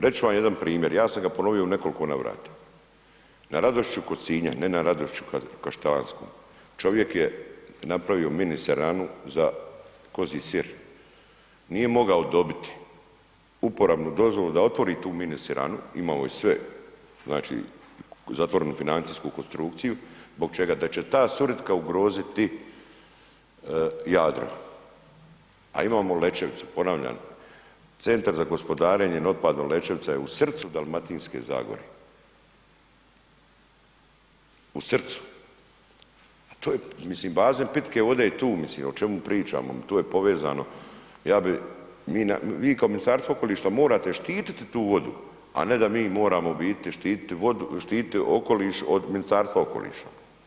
Reći ću vam jedan primjer, ja sam ga ponovio u nekoliko navrata, na Radošću kod Sinja, ne na Radošću Kaštelanskom, čovjek je napravio mini siranu za kozji sir, nije mogao dobiti uporabnu dozvolu da otvori tu mini siranu, imao je sve, znači, zatvorenu financijsku konstrukciju, zbog čega?, da će ta sirutka ugroziti Jadro, a imamo Lečevicu, ponavljam Centar za gospodarenjem otpadom Lečevica je u srcu Dalmatinske Zagore, u srcu, a to je, mislim, bazen pitke vode je tu, mislim o čemu pričamo mi, tu je povezano, ja bi, vi kao Ministarstvo okoliša morate štititi tu vodu, a ne da mi moramo u biti štitit vodu, štititi okoliš od Ministarstva okoliša.